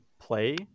play